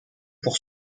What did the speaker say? pour